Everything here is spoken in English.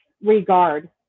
regard